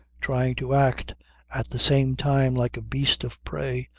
trying to act at the same time like a beast of prey,